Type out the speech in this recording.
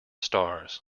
stars